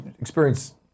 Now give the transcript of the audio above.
experience